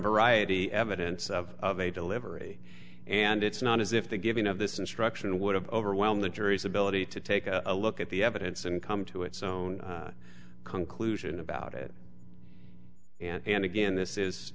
variety evidence of a delivery and it's not as if the giving of this instruction would have overwhelmed the jury's ability to take a look at the evidence and come to its own conclusion about it and again this is